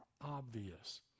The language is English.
obvious